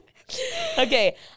Okay